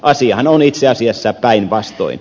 asiahan on itse asiassa päinvastoin